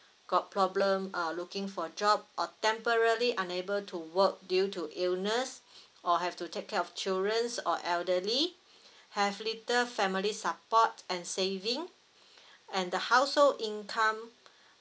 got problem uh looking for job or temporarily unable to work due to illness or have to take care of children or elderly have little family support and savings and the household income